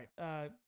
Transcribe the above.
right